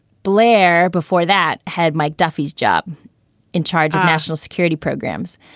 blair before that head, mike duffy's job in charge of national security programs.